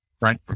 Right